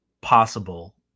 possible